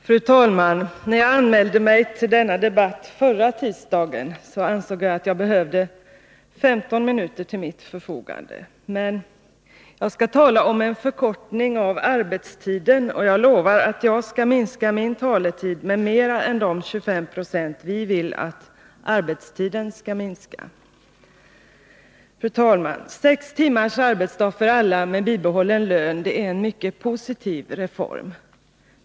Fru talman! När jag anmälde mig till denna debatt förra tisdagen ansåg jag att jag behövde 15 minuter till mitt förfogande. Men jag skall tala om en förkortning av arbetstiden, och jag lovar att minska min taletid med mer än de 25 90 som vi vill att arbetstiden skall minska. Fru talman! Sex timmars arbetsdag för alla med bibehållen lön är en mycket positiv reform.